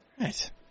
Right